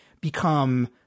become